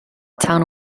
town